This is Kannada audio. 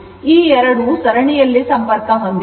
ಈ ಎರಡು ಸರಣಿಯಲ್ಲಿ ಸಂಪರ್ಕ ಹೊಂದಿವೆ